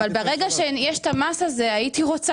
אבל ברגע שיש את המס הזה הייתי רוצה